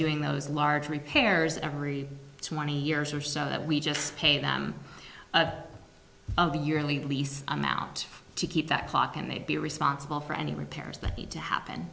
doing those large repairs every twenty years or so that we just pay them a lease amount to keep that clock and they'd be responsible for any repairs that need to happen